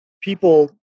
people